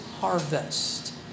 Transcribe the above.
harvest